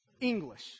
English